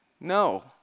no